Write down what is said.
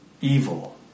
evil